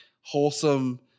wholesome